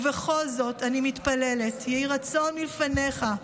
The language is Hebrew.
ובכל זאת, אני מתפללת: יהי רצון מלפניך,